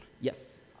Yes